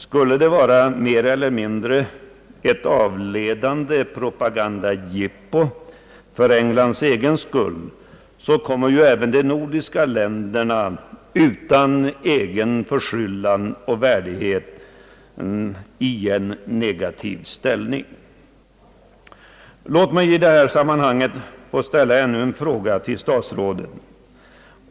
Skulle vad som sker vara mer eller mindre ett avlelande propagandajippo för Englands egen skull, så kommer ju även de nordiska länderna utan egen förskyllan och värdighet i en negativ ställning. Låt mig i detta sammanhang få ställa ännu en fråga till statsrådet.